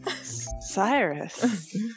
Cyrus